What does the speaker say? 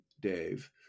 Dave